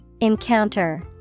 Encounter